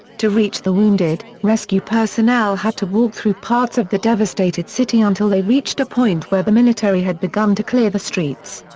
to reach the wounded, rescue personnel had to walk through parts of the devastated city until they reached a point where the military had begun to clear the streets.